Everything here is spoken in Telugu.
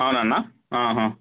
అవును అన్న